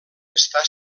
està